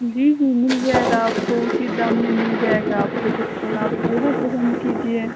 जी जी मिल जाएगा आपको उचित दाम में मिल जाएगा आपको चप्पल आप जो है पसंद कीजिए